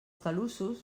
talussos